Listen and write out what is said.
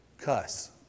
cuss